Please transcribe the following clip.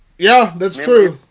yeah, that's true.